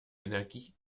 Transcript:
energie